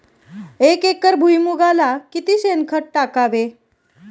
एक एकर भुईमुगाला किती शेणखत टाकावे?